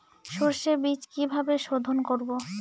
সর্ষে বিজ কিভাবে সোধোন করব?